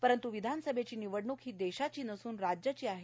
रंत् विधानसभेची निवडणूक ही देशाची नसून राज्याची आहे